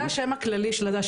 זה השם הכללי שלה,